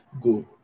go